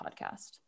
podcast